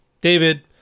David